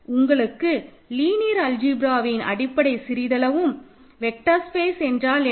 உங்களுக்கு லீனியர் அல்ஜிப்ராவின் அடிப்படை சிறிதளவும் வெக்டர் ஸ்பேஸ் என்றால் என்ன